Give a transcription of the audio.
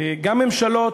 גם ממשלות,